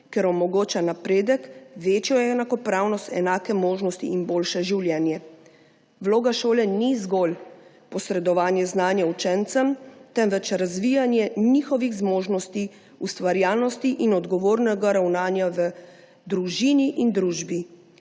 ker omogoča napredek, večjo enakopravnost, enake možnosti in boljše življenje. Vloga šole ni zgolj posredovanje znanja učencem, temveč razvijanje njihovih zmožnosti, ustvarjalnosti in odgovornega ravnanja v družini in družbi.